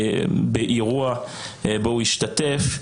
באירוע בו הוא השתתף.